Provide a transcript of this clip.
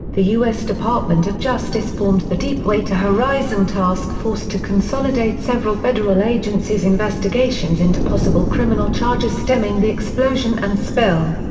the us department of justice formed the deepwater horizon task force to consolidate several federal agencies' investigations into possible criminal charges stemming the explosion and spill.